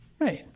Right